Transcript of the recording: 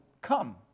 come